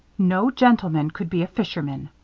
no gentleman could be a fishman,